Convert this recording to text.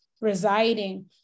residing